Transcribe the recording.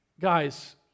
guys